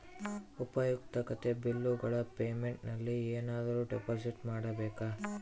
ಉಪಯುಕ್ತತೆ ಬಿಲ್ಲುಗಳ ಪೇಮೆಂಟ್ ನಲ್ಲಿ ಏನಾದರೂ ಡಿಪಾಸಿಟ್ ಮಾಡಬೇಕಾ?